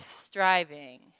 striving